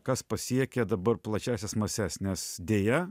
kas pasiekia dabar plačiąsias mases nes deja